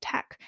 Tech